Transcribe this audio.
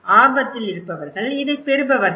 ஆபத்தில் இருப்பவர்கள் இதைப் பெறுபவர்கள்